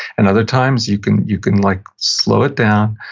and other times you can you can like slow it down,